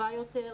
טובה יותר,